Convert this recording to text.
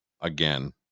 Again